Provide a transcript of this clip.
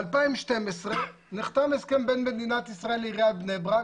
ב-2012 נחתם הסכם בין מדינת ישראל לעיריית בני ברק